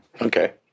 Okay